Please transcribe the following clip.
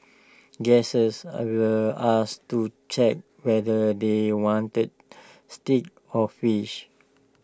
guesses are were asked to check whether they wanted steak or fish